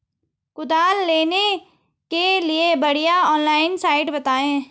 कुदाल लेने के लिए बढ़िया ऑनलाइन साइट बतायें?